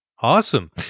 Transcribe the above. awesome